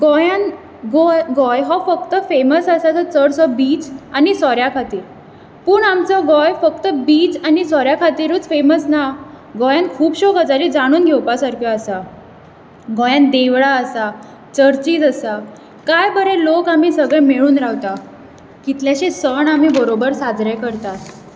गोयांत गोंय हो फक्त फेमस आसा चडसो बीच आनी सोऱ्या खातीर पूण आमचो गोंय बीच आनी सोऱ्या खातीरूच फेमस ना गोयांत खूबश्यो गजाली जाणून घेवपा सारक्यो आसा गोंयान देवळां आसा चर्चीज आसा कांय बरें लोक आमी सगळें मेळून रावता कितलेंशेच सण आमी बरोबर साजरे करतात